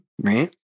right